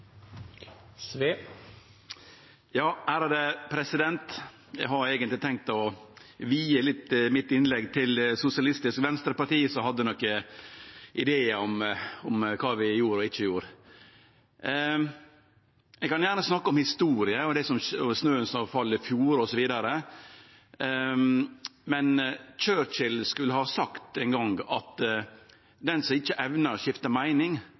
felles eierskap handler om. Eg har eigentleg tenkt å vie innlegget mitt til Sosialistisk Venstreparti, som hadde nokre idear om kva vi gjorde og ikkje gjorde. Ein kan gjerne snakke om historia og snøen som fall i fjor, osv. Churchill skal ha sagt ein gong at den som ikkje evnar å skifte meining,